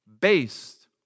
based